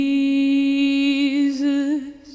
Jesus